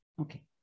okay